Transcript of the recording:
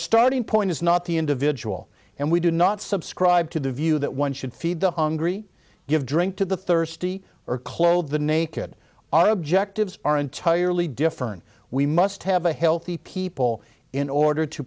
starting point is not the individual and we do not subscribe to the view that one should feed the hungry give drink to the thirsty or clothe the naked our objectives are entirely different we must have a healthy people in order to